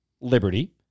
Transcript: liberty